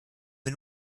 wir